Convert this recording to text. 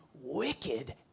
wicked